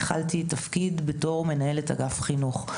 התחלתי תפקיד בתור מנהלת אגף החינוך.